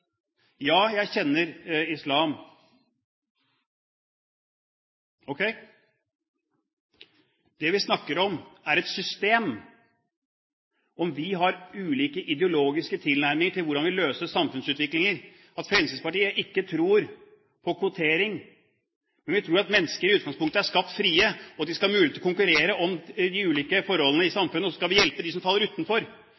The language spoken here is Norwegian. Ja, jeg kjenner islam. Ok? Det vi snakker om, er et system. Vi har ulike ideologiske tilnærminger til hvordan vi løser samfunnsutviklinger, Fremskrittspartiet tror ikke på kvotering, men vi tror at mennesker i utgangspunktet er skapt frie, og at de skal ha mulighet til å konkurrere om de ulike forholdene i